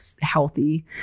healthy